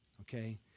okay